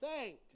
thanked